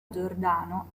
giordano